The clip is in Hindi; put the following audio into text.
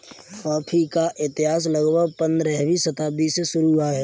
कॉफी का इतिहास लगभग पंद्रहवीं शताब्दी से शुरू हुआ है